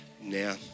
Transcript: now